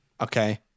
Okay